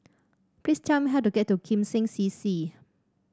please tell me how to get to Kim Seng C C